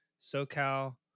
SoCal